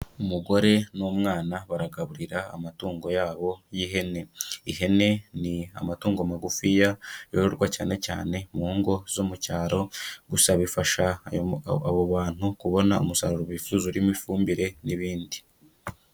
Umugore n'umwana baragaburira amatungo yabo y'ihene. Ihene ni amatungo magufi yororwa cyanecyane mu ngo zo mu cyaro, gusa bifasha abo bantu kubona umusaruro bifuza urimo ifumbire n'ibindi.